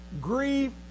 grief